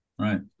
Right